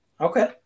Okay